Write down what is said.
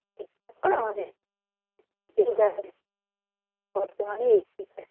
তারপর আমাদের বর্তমানে আসছে